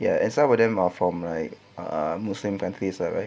ya and some of them are from like ah muslim countries lah right